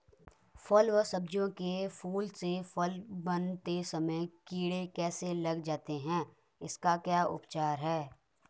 फ़ल व सब्जियों के फूल से फल बनते समय कीड़े कैसे लग जाते हैं इसका क्या उपचार है?